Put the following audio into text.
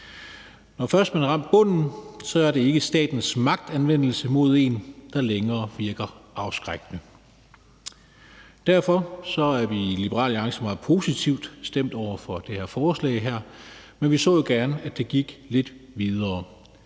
først man har ramt bunden, er det ikke længere statens magtanvendelse mod en, der virker afskrækkende. Derfor er vi i Liberal Alliance meget positivt stemt over for det forslag her, men vi så jo gerne, at det gik lidt videre.